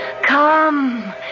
Come